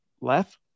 left